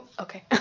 Okay